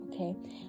okay